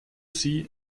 see